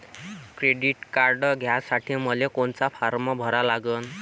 Credit card घ्यासाठी मले कोनचा फारम भरा लागन?